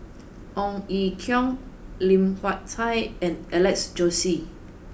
Ong Ye Kung Lim Hak Tai and Alex Josey